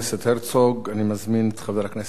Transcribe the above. אני מזמין את חבר הכנסת נחמן שי.